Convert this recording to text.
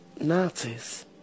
Nazis